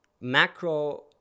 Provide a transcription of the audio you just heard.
Macro